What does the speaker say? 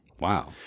Wow